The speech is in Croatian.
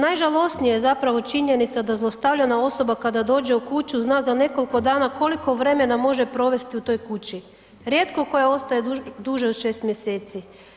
Najžalosnija je zapravo činjenica da zlostavljana osoba kada dođe u kuću zna za nekoliko dana koliko vremena može provesti u toj kući, rijetko koja ostaje duže od 6. mjeseci.